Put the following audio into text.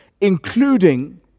including